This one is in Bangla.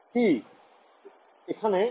ছাত্র ছাত্রীঃ কি